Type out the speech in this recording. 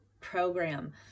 program